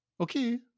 Okay